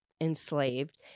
enslaved